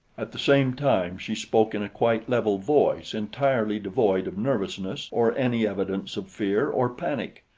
at the same time she spoke in a quite level voice entirely devoid of nervousness or any evidence of fear or panic.